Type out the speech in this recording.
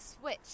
switch